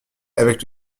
avec